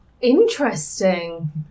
Interesting